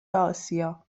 آسیا